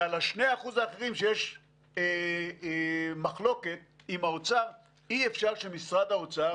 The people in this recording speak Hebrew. ועל 2% אחרים שיש מחלוקת עם האוצר אי-אפשר שמשרד האוצר